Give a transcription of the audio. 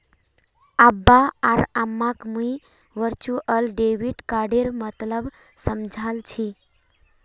अब्बा आर अम्माक मुई वर्चुअल डेबिट कार्डेर मतलब समझाल छि